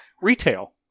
retail